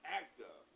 actor